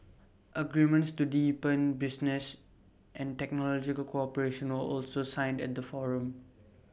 agreements to deepen business and technological cooperation were also signed at the forum